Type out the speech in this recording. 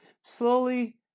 slowly